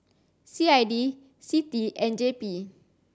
C I D C T and J P